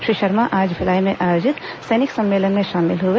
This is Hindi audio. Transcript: श्री शर्मा आज भिलाई में आयोजित सैनिक सम्मेलन में शामिल हुए